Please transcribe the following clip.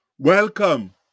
Welcome